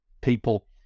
people